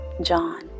John